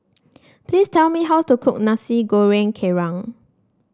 please tell me how to cook Nasi Goreng Kerang